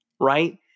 right